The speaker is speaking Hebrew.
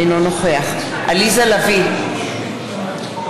אינו נוכח עליזה לביא,